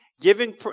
Giving